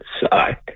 side